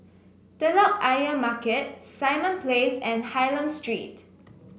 Telok Ayer Market Simon Place and Hylam Street